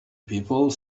people